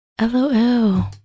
LOL